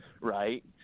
Right